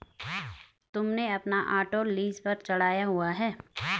तुमने अपना auto lease पर चढ़ाया हुआ है?